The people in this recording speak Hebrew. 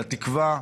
לתקווה,